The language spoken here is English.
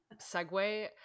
segue